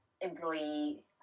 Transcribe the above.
employee